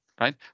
right